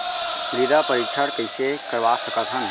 मृदा परीक्षण कइसे करवा सकत हन?